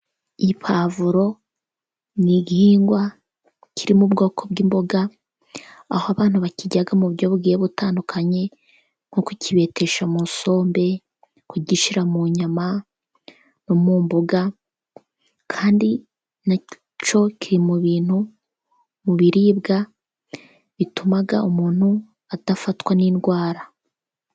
Iyi pavuro ni igihingwa kirimo ubwoko bw'imboga aho abantu bakirya mu buryo bugiye butandukanye, nko kubibetesha musombe, kugishyira mu nyama, no mu mboga. Kandi ni cyo ki mu bintu mu biribwa bituma umuntu adafatwa n'indwara.